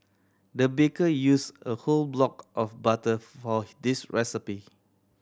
the baker used a whole block of butter for this recipe